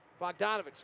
Bogdanovich